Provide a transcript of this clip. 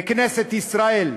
המאבק בעוני בכנסת ישראל,